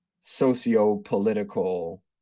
socio-political